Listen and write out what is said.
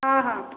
ହଁ ହଁ